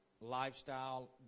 lifestyle